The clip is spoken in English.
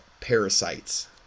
parasites